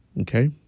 Okay